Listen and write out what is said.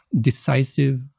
decisive